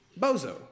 Bozo